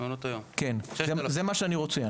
זה מה שאני רוצה.